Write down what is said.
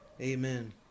amen